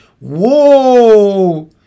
Whoa